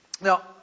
Now